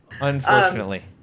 Unfortunately